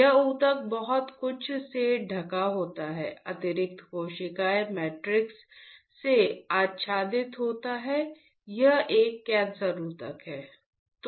यह ऊतक बहुत कुछ से ढका होता है अतिरिक्त कोशिकीय मैट्रिक्स से आच्छादित होता है यह एक कैंसर ऊतक है